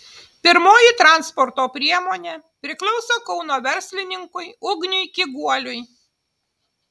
pirmoji transporto priemonė priklauso kauno verslininkui ugniui kiguoliui